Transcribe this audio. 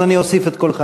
אז אני אוסיף את קולך.